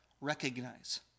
recognize